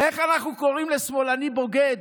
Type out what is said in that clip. איך אנחנו קוראים לשמאלנים בוגדים?